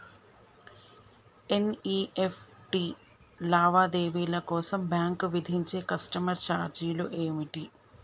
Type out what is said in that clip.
NEFT లావాదేవీల కోసం bank విధించే కస్టమర్ ఛార్జీలు ఏమిటి?